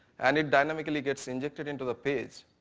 and it dynamically gets injected into the page.